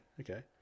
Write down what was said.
okay